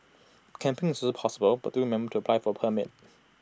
camping is also possible but do remember to apply for A permit